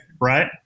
right